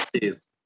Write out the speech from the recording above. Cheers